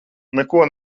neko